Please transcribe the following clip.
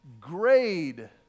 grade